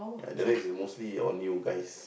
the day is mostly on you guys